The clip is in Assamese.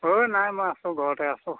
অ' নাই মই আছোঁ ঘৰতে আছোঁ